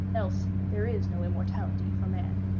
else there is no immortality for man.